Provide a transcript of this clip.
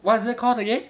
what is it called again